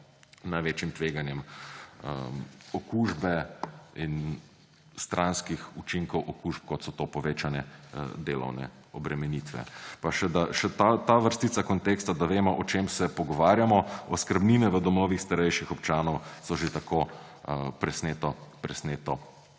največjim tveganjem okužbe in stranskih učinkov okužb, kot so to povečane delovne obremenitve. Pa še ta vrstica konteksta, da vemo, o čem se pogovarjamo, oskrbnine v domovih starejših občanov so že tako presneto